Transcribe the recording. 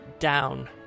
down